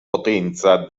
potenza